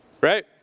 Right